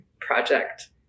project